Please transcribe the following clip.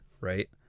right